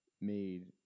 made